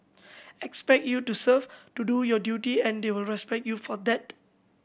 expect you to serve to do your duty and they will respect you for that